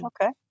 Okay